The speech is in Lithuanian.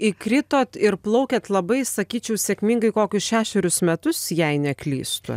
įkritot ir plaukėt labai sakyčiau sėkmingai kokius šešerius metus jei neklystu